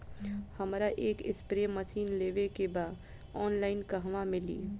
हमरा एक spray machine लेवे के बा ऑनलाइन कहवा मिली?